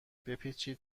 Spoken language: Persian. بپیچید